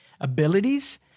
abilities